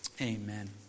Amen